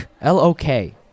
L-O-K